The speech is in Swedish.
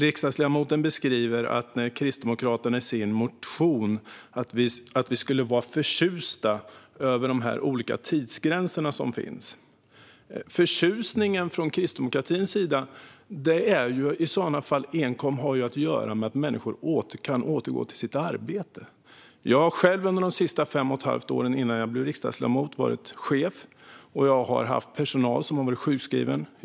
Riksdagsledamoten beskriver det som att Kristdemokraterna i sin motion skulle vara förtjusta över de olika tidsgränserna. Förtjusningen från Kristdemokraterna har enkom att göra med att människor kan återgå till sitt arbete. Under de senaste fem och ett halvt åren innan jag blev riksdagsledamot har jag varit chef, och jag har haft personal som har varit sjukskriven.